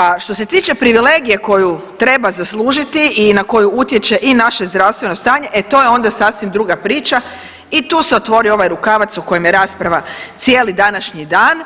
A što se tiče privilegije koju treba zaslužiti i na koju utječe i naše zdravstveno stanje, e to je onda sasvim druga priča i tu se otvori ovaj rukavac o kojem je rasprava cijeli današnji dan